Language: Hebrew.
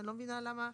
אני לא מבינה למה.